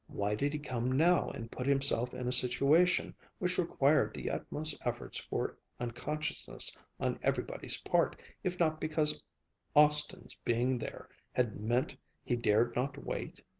why did he come now and put himself in a situation which required the utmost efforts for unconsciousness on everybody's part if not because austin's being there had meant he dared not wait?